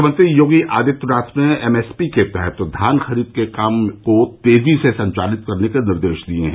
मुख्यमंत्री योगी आदित्यनाथ ने एमएसपी के तहत धान ख़रीद के काम को तेज़ी से संचालित करने के निर्देश दिये हैं